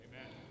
Amen